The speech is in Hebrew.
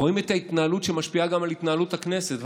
רואים את ההתנהלות, שמשפיעה גם על התנהלות הכנסת.